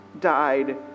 died